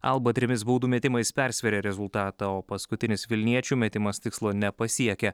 alba trimis baudų metimais persvėrė rezultatą o paskutinis vilniečių metimas tikslo nepasiekė